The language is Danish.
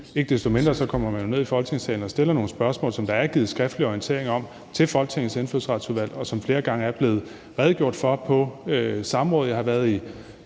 ikke desto mindre kommer man ned i Folketingssalen og stiller nogle spørgsmål om noget, som der er givet en skriftlig orientering om til Folketingets Indfødsretsudvalg, og som der flere gange er blevet redegjort for på samråd. Jeg har været i,